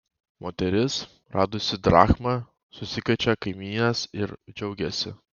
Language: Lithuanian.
moteris radusi drachmą susikviečia kaimynes ir džiaugiasi